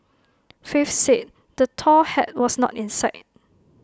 faith said the tall hat was not in sight